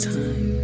time